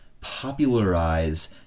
popularize